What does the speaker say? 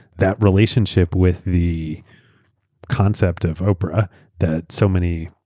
that relationship with the concept of oprah that so many,